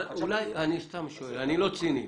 אני סתם שואל, אני לא ציני.